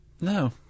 No